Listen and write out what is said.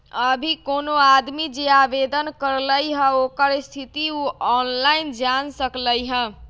अभी कोनो आदमी जे आवेदन करलई ह ओकर स्थिति उ ऑनलाइन जान सकलई ह